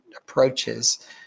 approaches